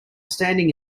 standing